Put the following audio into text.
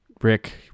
Rick